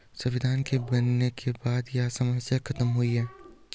संविधान के बनने के बाद में यह समस्या खत्म हुई है